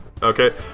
Okay